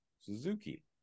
suzuki